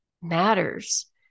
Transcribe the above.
matters